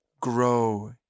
grow